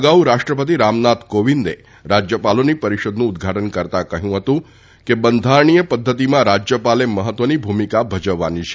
અગાઉ રાષ્ટ્રપતિ રામનાથ કોવિંદે રાજ્યપાલોની પરિષદનું ઉદ્દઘાટન કરતાં કહ્યું હતું કે બંધારણીય પદ્ધતિમાં રાજ્યપાલે મહત્વની ભૂમિકા ભજવવાની છે